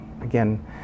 again